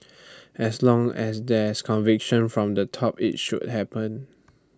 as long as there's conviction from the top IT should happen